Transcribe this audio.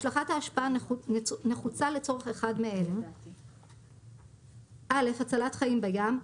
השלכת האשפה נחוצה לצורך אחד מאלה- הצלת חיים בים,